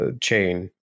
chain